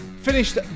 Finished